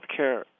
healthcare